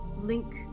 link